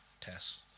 Tess